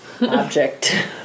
object